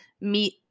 meet